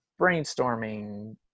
brainstorming